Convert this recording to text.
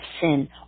sin